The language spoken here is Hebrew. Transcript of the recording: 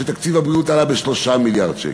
שתקציב הבריאות עלה ב-3 מיליארד שקלים.